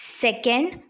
Second